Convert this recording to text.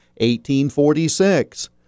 1846